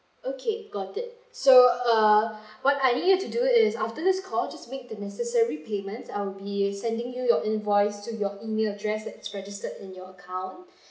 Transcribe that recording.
okay got it so uh what I need you to do is after this call just make the necessary payment I'll be sending you your invoice to your email address that you registered in your account